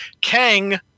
Kang